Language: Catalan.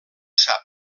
sap